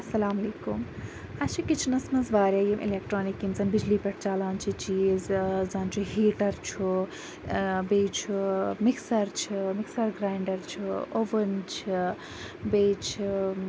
اسلامُ علیکُم اَسہِ چھِ کِچنَس مَنٛز واریاہ یِم اِلیٚکٹرونِک یِم زَن بِجلی پیٹھ چَلان چھِ چیٖز زَن چھُ ہیٖٹَر چھُ بیٚیہِ چھُ مِکسَر چھُ مِکسَر گراینڈَر چھُ اووٕن چھِ بیٚیہِ چھِ